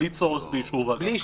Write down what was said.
בלי צורך של אישור ועדה.